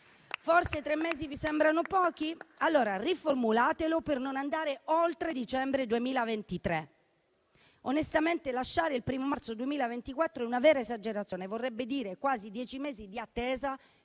Forse tre mesi vi sembrano pochi? Allora riformulatelo per non andare oltre dicembre 2023. Onestamente lasciare la data del 1° marzo 2024 è una vera esagerazione: vorrebbe dire quasi dieci mesi di attesa